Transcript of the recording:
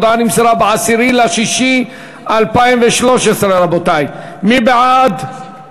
ההודעה נמסרה ב-10 ביוני 2013. מי בעד?